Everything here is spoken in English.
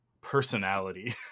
personality